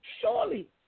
Surely